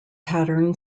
pattern